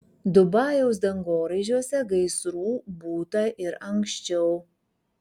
dubajaus dangoraižiuose gaisrų būta ir anksčiau